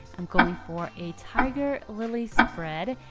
i'm going for a tiger lily spread.